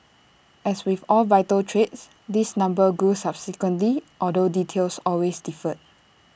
as with all vital trades this number grew subsequently although details always differed